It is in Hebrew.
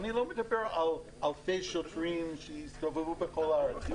ואני לא מדבר על אלפי שוטרים שיסתובבו בכל הארץ.